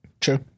true